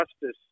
Justice